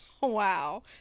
wow